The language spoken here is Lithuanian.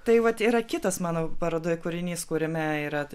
tai vat yra kitas mano parodoje kūrinys kuriame yra